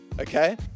Okay